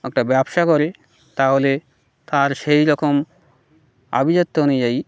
একটা ব্যবসা করে তাহলে তার সেই রকম আভিজাত্য অনুযায়ী